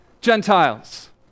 Gentiles